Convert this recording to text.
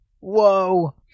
whoa